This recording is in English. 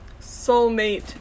soulmate